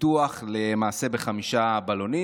פיתוח ל"מעשה בחמישה בלונים".